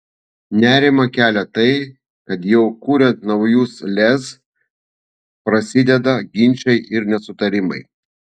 nerimą kelią tai kad jau kuriant naujus lez prasideda ginčai ir nesutarimai